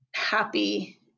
happy